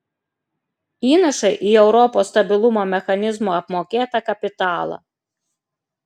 įnašai į europos stabilumo mechanizmo apmokėtą kapitalą